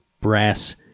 brass